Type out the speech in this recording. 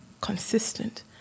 consistent